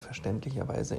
verständlicherweise